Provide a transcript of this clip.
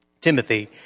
Timothy